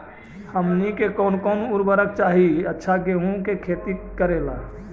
हमनी के कौन कौन उर्वरक चाही अच्छा गेंहू के खेती करेला?